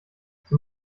zum